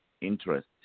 interest